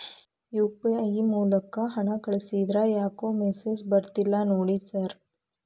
UPI ಮೂಲಕ ಹಣ ಕಳಿಸಿದ್ರ ಯಾಕೋ ಮೆಸೇಜ್ ಬರ್ತಿಲ್ಲ ನೋಡಿ ಸರ್?